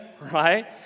right